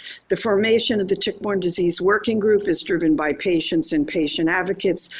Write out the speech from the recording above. the formation of the tick-borne disease working group is driven by patients and patient advocates,